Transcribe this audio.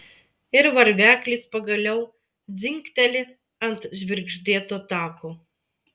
ir varveklis pagaliau dzingteli ant žvirgždėto tako